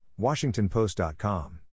WashingtonPost.com